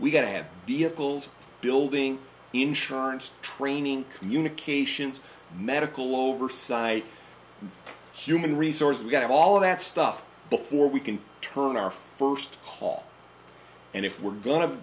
we've got to have vehicles building insurance training communications medical oversight human resources we got all of that stuff before we can turn our first haul and if we're go